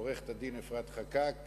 התש"ע 2009, אכן עברה בקריאה שלישית.